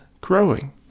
growing